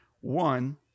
one